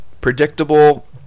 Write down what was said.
predictable